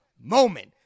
moment